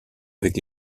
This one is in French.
avec